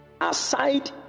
Aside